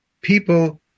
People